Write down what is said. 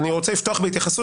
אם רוצים באותו פרלמנט,